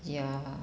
ya